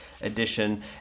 edition